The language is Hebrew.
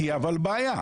תהיה אבל בעיה,